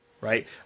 Right